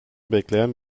bekleyen